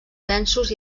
densos